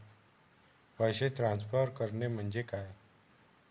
पैसे ट्रान्सफर करणे म्हणजे काय?